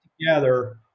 together